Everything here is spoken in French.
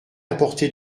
apporter